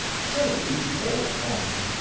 so he walked on,